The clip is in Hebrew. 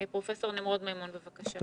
פרופ' נמרוד מימון, בבקשה.